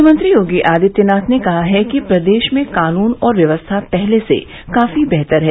मुख्यमंत्री योगी आदित्यनाथ ने कहा है कि प्रदेश में कानून और व्यवस्था पहले से काफी बेहतर है